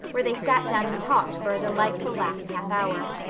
where they sat down and talked for a delightful last half hour.